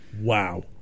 Wow